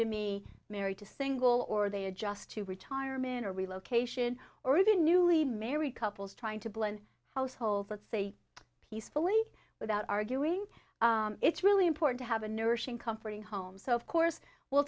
to me married to single or they adjust to retirement or we location or even newly married couples trying to blend households like say peacefully without arguing it's really important to have a nourishing comforting home so of course we'll